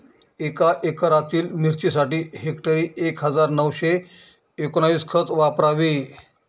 एका एकरातील मिरचीसाठी हेक्टरी एक हजार नऊशे एकोणवीस खत वापरावे